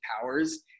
powers